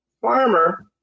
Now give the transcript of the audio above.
farmer